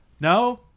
No